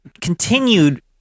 continued